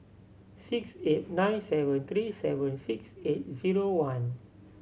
six eight nine seven three seven six eight zero one